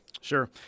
Sure